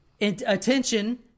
attention